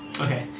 Okay